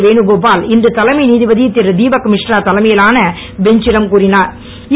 வேணுகோபால் இன்று தலைமை நீதிபதி திருதிபக் மிஸ்ரா தலைமையிலான பெஞ்ச சிடம் கூறிஞர்